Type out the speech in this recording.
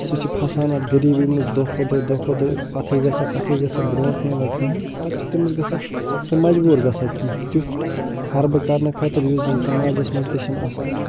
سُہ چھُ پھَسان اَتھ غریٖبۍ منٛز دۄہ کھۄ دۄہ دۄہ کھۄ دۄہ پتھٕے گَژھان پتھٕے گَژھان برٛونٛٹھ نہٕ یِوان کِہیٖنۍ پتہٕ چھِ تٔمِس گَژھان سُہ مجبوٗر گَژھان کیٚنٛہہ تیُتھ ہربہٕ کرنہٕ خٲطرٕ یُس زَن سَماجس منٛز تہِ چھِنہٕ آسان